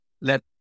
let